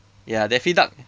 ya daffy duck